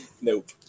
Nope